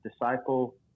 disciple